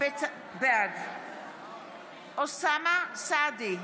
בעד יסמין פרידמן,